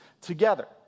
together